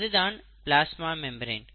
அது தான் plasma membrane